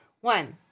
One